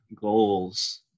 goals